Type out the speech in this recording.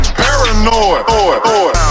paranoid